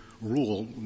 rule